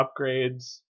upgrades